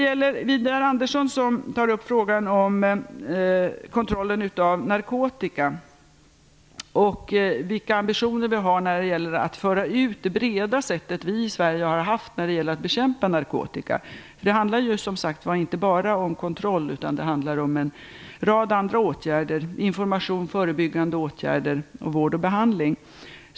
Widar Andersson tar upp frågan om kontrollen av narkotika och vilka ambitioner vi har när det gäller att föra ut det breda sättet att bekämpa narkotika som vi har använt i Sverige. Men det handlar ju som sagt var inte bara om kontroll utan om en rad andra åtgärder - information, förebyggande åtgärder, vård och behandling.